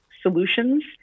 solutions